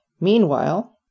Meanwhile